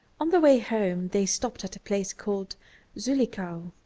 on the way home they stopped at a place called zullichau,